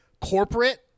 corporate